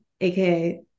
AKA